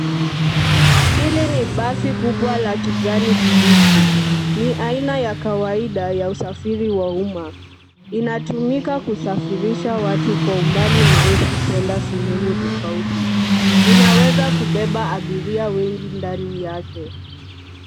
Hili ni basi kubwa la kijani kibichi, ni aina ya kawaida ya usafiri wa umma, inatumika kusafirisha watu kwa umbali mrefu kwenda sehemu tofauti, inaweza kubeba abiria wengi ndani yake.